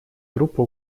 группа